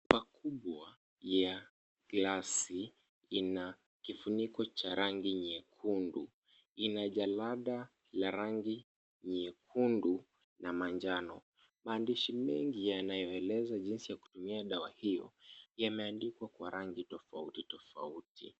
Chupa kubwa ya glasi kina kifuniko cha rangi nyekundu. Ina jalada la rangi nyekundu na manjano. Maandishi mengi yanayoeleza jinsi ya kutumia dawa hiyo yameandikwa kwa rangi tofauti tofauti.